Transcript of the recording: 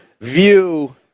view